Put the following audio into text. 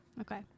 okay